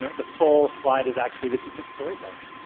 the full slide is actually this is just storytelling.